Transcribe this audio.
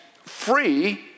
free